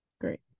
great